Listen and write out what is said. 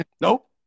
Nope